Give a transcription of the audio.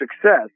success